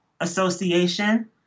association